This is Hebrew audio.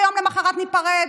ויום למוחרת ניפרד.